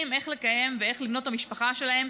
איך לקיים ואיך לבנות את המשפחה שלהם,